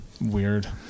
weird